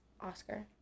Oscar